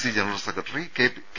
C general secretary K